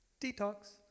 detox